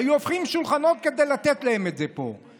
היו הופכים שולחנות כדי לתת להם את זה פה.